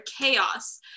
chaos